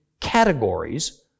categories